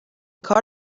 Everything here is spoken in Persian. کار